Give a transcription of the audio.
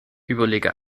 überlege